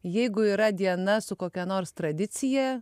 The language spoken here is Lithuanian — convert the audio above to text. jeigu yra diena su kokia nors tradicija